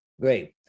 great